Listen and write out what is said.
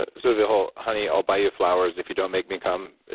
ah so, the whole, honey, i'll buy you flowers if you don't make me come.